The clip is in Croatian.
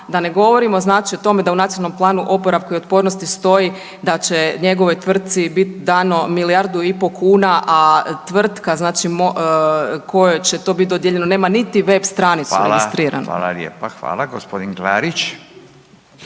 da ne govorimo znači o tome da u Nacionalnom planu oporavka i otpornosti stoji da će njegovoj tvrtci biti dano milijardu i pol kuna, a tvrtka znači kojoj će to biti dodijeljeno nema niti web stranicu registriranu. **Radin, Furio